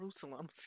Jerusalem